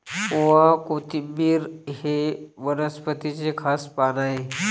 ओवा, कोथिंबिर हे वनस्पतीचे खाद्य पान आहे